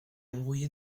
envoyer